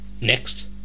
next